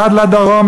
עד לדרום,